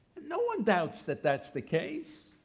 no one doubts that that's the case.